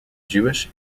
jewish